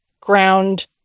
ground